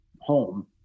home